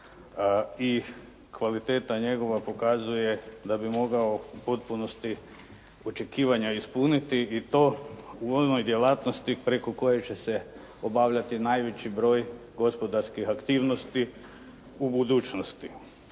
i kvaliteta njegova pokazuje da bi mogao u potpunosti očekivanja ispuniti i to u onoj djelatnosti preko koje će se obavljati najveći broj gospodarskih aktivnosti u budućnosti.